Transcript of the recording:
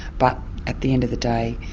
but at the end of the day,